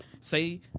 say